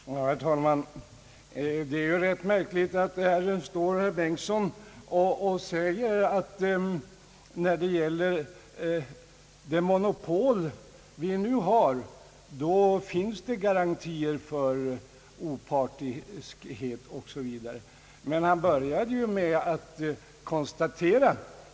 Herr talman! Det är rätt märkligt att herr Bengtson vill påstå att det finns garantier för opartiskhet osv. när det gäller det monopolföretag vi nu har.